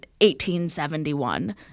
1871